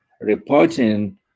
reporting